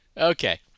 Okay